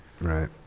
Right